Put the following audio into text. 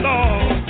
Lord